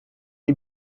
est